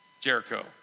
Jericho